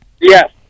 Yes